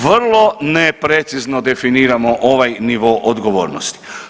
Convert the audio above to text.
Vrlo neprecizno definiramo ovaj nivo odgovornosti.